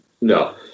No